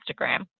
Instagram